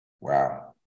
wow